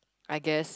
I guess